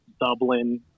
Dublin